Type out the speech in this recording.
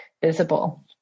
visible